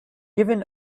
given